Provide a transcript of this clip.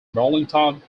burlington